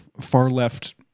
far-left